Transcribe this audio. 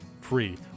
free